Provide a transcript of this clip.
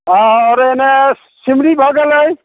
आओर एने सिमरी भऽ गेलै